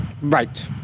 right